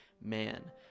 man